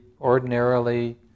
ordinarily